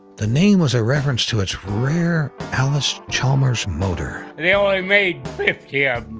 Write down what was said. the name was a reference to its rare allis-chalmers motor. they only made fifty yeah